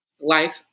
life